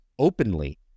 openly